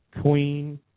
Queen